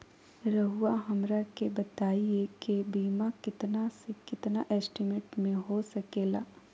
रहुआ हमरा के बताइए के बीमा कितना से कितना एस्टीमेट में हो सके ला?